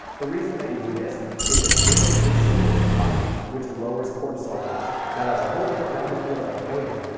the reason that you do this is it mimics insulin within the body, which lowers cortisol levels. now that's a whole different rabbit hole that i can go down,